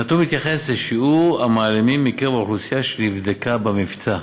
הנתון מתייחס לשיעור המעלימים מקרב האוכלוסייה שנבדקה במבצע.